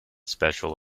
special